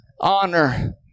honor